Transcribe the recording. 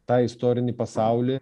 tą istorinį pasaulį